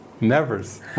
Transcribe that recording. Nevers